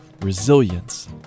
resilience